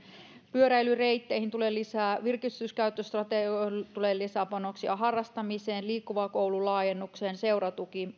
pyöräilyreitteihin tulee lisää virkistyskäyttöstrategialle tulee lisäpanoksia myös muun muassa harrastamiseen liikkuva koulu laajennukseen seuratukeen